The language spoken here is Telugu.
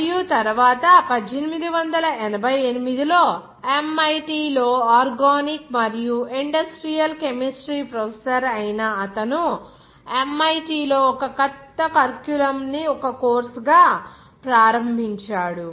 మరియు తరువాత 1888 లో MIT లో ఆర్గానిక్ మరియు ఇండస్ట్రియల్ కెమిస్ట్రీ ప్రొఫెసర్ అయిన అతను MIT లో ఒక కొత్త కరిక్యులంన్ని ఒక కోర్సుగా ప్రారంభించాడు